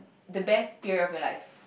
the best period of your life